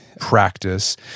practice